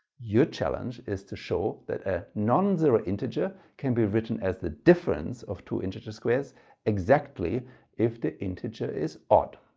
your challenge is to show that a nonzero integer can be written as the difference of two integer squares exactly if the integer is odd.